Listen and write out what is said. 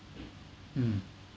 mm